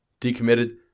Decommitted